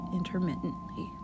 intermittently